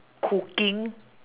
cooking